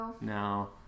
No